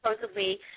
supposedly